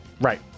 right